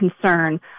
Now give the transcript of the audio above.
concern